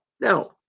Now